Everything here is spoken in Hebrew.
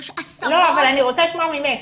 לנו יש עשרות --- לא, אבל אני רוצה לשמוע ממך.